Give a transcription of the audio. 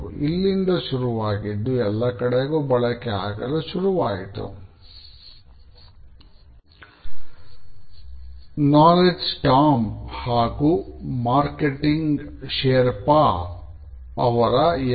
ಇಲ್ಲಿಂದ ಶುರು ಆಗಿದ್ದು ಎಲ್ಲ ಕಡೆಗೂ ಬಳಕೆ ಆಗಲು ಶುರು ಆಯಿತು